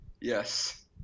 Yes